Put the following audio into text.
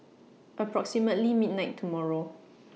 approximately midnight tomorrow